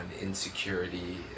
insecurity